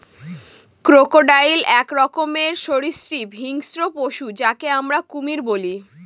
crocodile এক রকমের সরীসৃপ হিংস্র পশু যাকে আমরা কুমির বলি